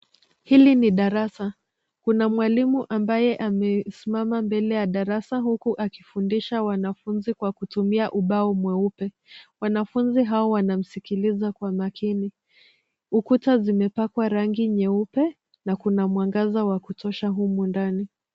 Hili ni darasa. Kuna mwalimu ambaye amesimama mbele ya darasa huku akifundisha wanafunzi kwa kutumia ubao mweupe. Wanafunzi hao wanamsikiliza kwa makini. Ukuta zimepakwa rangi nyeupe na kuna mwangaza wa kutosha humu ndani.